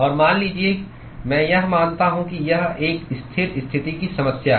और मान लीजिए मैं यह मानता हूं कि यह एक स्थिर स्थिति की समस्या है